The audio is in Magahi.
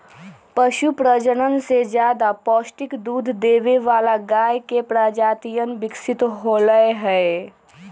पशु प्रजनन से ज्यादा पौष्टिक दूध देवे वाला गाय के प्रजातियन विकसित होलय है